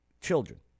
children